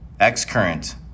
XCurrent